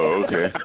okay